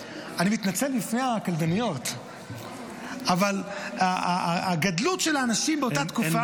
אני מתנצל בפני הקלדניות אבל הגדלות של האנשים --- הן